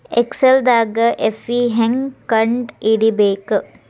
ಎಕ್ಸೆಲ್ದಾಗ್ ಎಫ್.ವಿ ಹೆಂಗ್ ಕಂಡ ಹಿಡಿಬೇಕ್